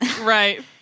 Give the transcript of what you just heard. right